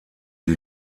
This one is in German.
die